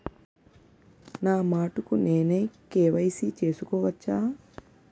నా మటుకు నేనే కే.వై.సీ చేసుకోవచ్చా?